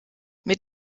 mit